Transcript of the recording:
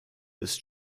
ist